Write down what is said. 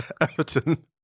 everton